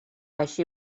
així